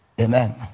amen